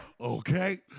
Okay